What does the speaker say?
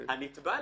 הנתבע,